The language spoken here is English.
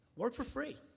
work for free.